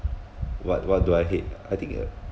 what what do I hate I think uh